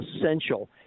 essential